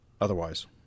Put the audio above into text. otherwise